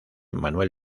manuel